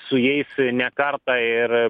su jais ne kartą ir